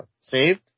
saved